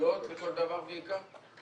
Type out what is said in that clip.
רגילות לכל דבר ועיקר.